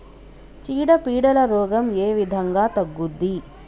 చీడ పీడల రోగం ఏ విధంగా తగ్గుద్ది?